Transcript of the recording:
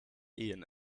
ian